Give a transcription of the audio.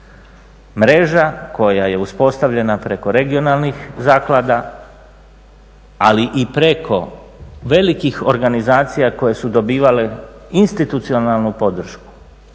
Mreža koja je uspostavljena preko regionalnih zaklada, ali i preko velikih organizacija koje su dobivale institucionalnu podršku